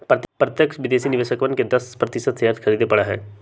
प्रत्यक्ष विदेशी निवेशकवन के दस प्रतिशत शेयर खरीदे पड़ा हई